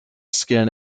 skin